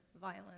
violence